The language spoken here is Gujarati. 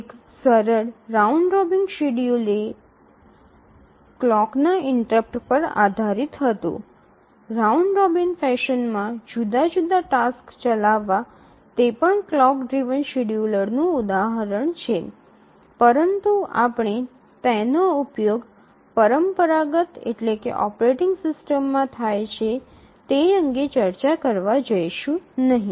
એક સરળ રાઉન્ડ રોબિન શેડ્યૂલિંગ ક્લોકના ઇન્ટરપ્ટ પર આધારિત હતું રાઉન્ડ રોબિન ફેશનમાં જુદા જુદા ટાસક્સ ચલાવવા તે પણ ક્લોક ડ્રિવન શેડ્યૂલરનું ઉદાહરણ છે પરંતુ આપણે તેનો ઉપયોગ પરંપરાગત ઓપરેટિંગ સિસ્ટમ્સમાં થાય છે તે અંગે ચર્ચા કરવા જઈશું નહીં